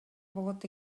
болот